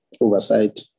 oversight